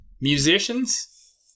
Musicians